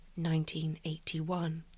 1981